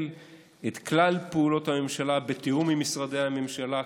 את כלל פעולות הממשלה בתיאום עם משרדי הממשלה,